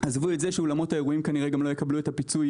עזבו את זה שאולמות האירועים כנראה גם לא יקבלו את הפיצוי,